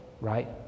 right